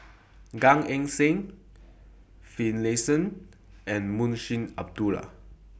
Gan Eng Seng Finlayson and Munshi Abdullah